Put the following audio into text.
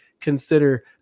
consider